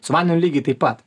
su vandeniu lygiai taip pat